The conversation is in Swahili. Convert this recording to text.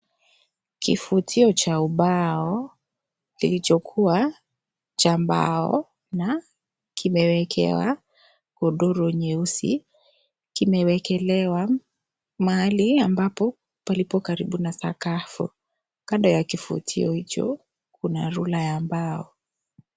Kifutio cha ubao kilichokuwa cha mbao na kimewekewa godoro nyeusi. Kimewekelewa mahali ambapo palipo karibu na sakafu. Kando ya kifutio hicho kuna rula ya mbao.